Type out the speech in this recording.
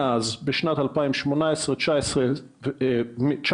מאז - בשנת 2018, 2019,